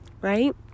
Right